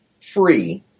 free